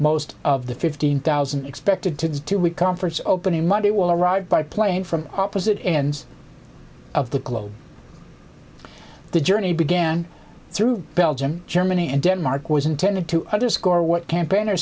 most of the fifteen thousand expected to two week conference opening monday will arrive by plane from opposite ends of the globe the journey began through belgium germany and denmark was intended to underscore what campaign